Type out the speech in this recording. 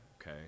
Okay